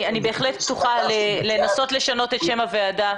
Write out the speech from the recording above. אני בהחלט פתוחה לנסות לשנות את שם הוועדה